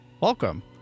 welcome